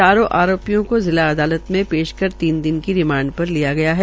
चारों आरोपियों को जिला अदालत में पेश कर तीन दिन की रिमांड पर लिया गया है